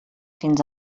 fins